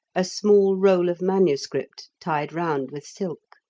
a small roll of manuscript tied round with silk.